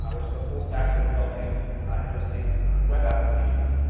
which is a full stack for developing and hosting web applications,